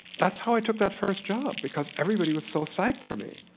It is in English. that's how i took that first job, because everybody was so psyched for me.